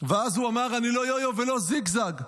ואז הוא אמר: אני לא יויו ולא זיגזג.